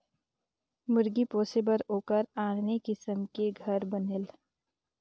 मुरगी पोसे बर ओखर आने किसम के घर बनेल